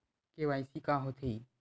KYC का होथे?